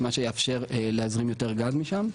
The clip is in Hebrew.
מה שיאפשר להזרים יותר גז משם.